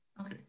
Okay